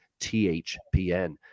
THPN